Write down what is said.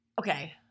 okay